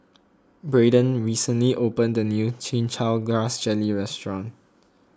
Braden recently opened a new Chin Chow Grass Jelly restaurant